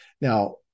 Now